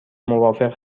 موافق